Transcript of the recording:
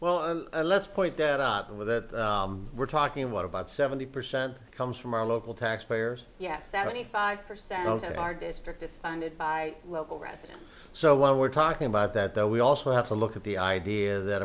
well let's point that out with that we're talking about about seventy percent comes from our local taxpayers yes seventy five percent of our district is funded by local residents so when we're talking about that though we also have to look at the idea that